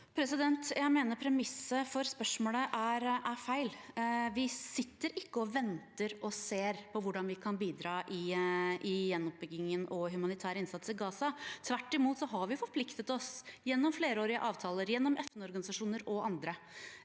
Jeg mener premisset for spørsmålet er feil. Vi sitter ikke og venter og ser på hvordan vi kan bidra med gjenoppbygging og humanitær innsats i Gaza. Tvert imot har vi forpliktet oss, gjennom flerårige avtaler og gjennom FN-organisasjoner og andre.